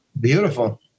beautiful